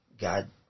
God